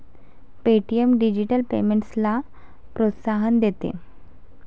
Paytm digital पेमेंट्सला प्रोत्साहन देते